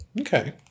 Okay